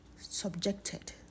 subjected